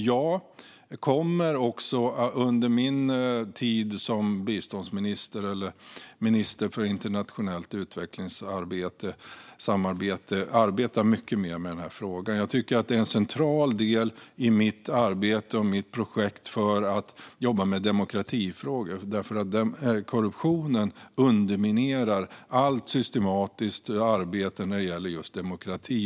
Jag kommer under min tid som biståndsminister, eller minister för internationellt utvecklingssamarbete, att arbeta mycket mer med den här frågan. Jag tycker att det är en central del i mitt arbete och mitt projekt för att jobba med demokratifrågor. Korruptionen underminerar nämligen allt systematiskt arbete för demokrati.